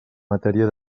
matèria